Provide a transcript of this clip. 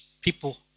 people